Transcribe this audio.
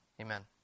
amen